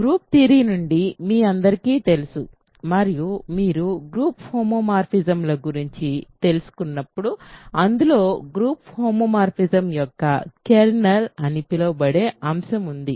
group theory నుండి మీ అందరికీ తెలుసు మరియు మీరు గ్రూప్ హోమోమార్ఫిజమ్ల గురించి తెలుసుకున్నప్పుడు అందులో గ్రూప్ హోమోమార్ఫిజం యొక్క కెర్నల్ అని పిలువబడే అంశం ఉంది